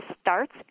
starts